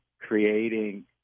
creating